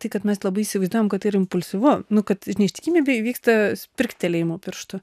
tai kad mes labai įsivaizduojam kad tai yra impulsyvu nu kad neištikimybė įvyksta sprigtelėjimu pirštų